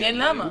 מעניין למה.